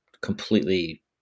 completely